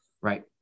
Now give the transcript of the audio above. Right